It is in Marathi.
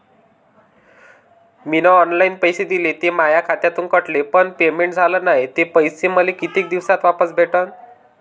मीन ऑनलाईन पैसे दिले, ते माया खात्यातून कटले, पण पेमेंट झाल नायं, ते पैसे मले कितीक दिवसात वापस भेटन?